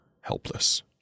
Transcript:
helpless